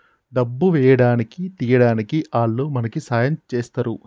డబ్బు వేయడానికి తీయడానికి ఆల్లు మనకి సాయం చేస్తరు